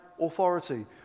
authority